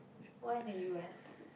why did you ask